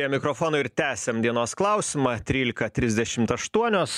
prie mikrofono ir tęsiam dienos klausimą trylika trisdešimt aštuonios